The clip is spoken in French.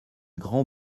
grand